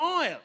oil